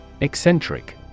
Eccentric